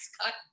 cut